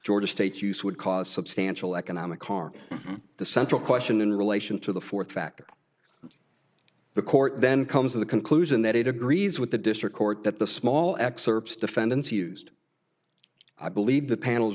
georgia state use would cause substantial economic harm the central question in relation to the fourth factor the court then comes to the conclusion that it agrees with the district court that the small excerpts defendants used i believe the panels